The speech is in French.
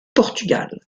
portugal